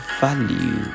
value